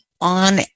on